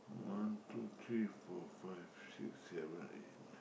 one two three four five six seven eight nine